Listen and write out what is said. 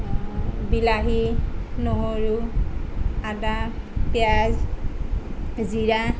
বিলাহী নহৰু আদা পিঁয়াজ জিৰা